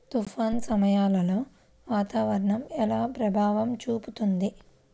తుఫాను సమయాలలో వాతావరణం ఎలా ప్రభావం చూపుతుంది?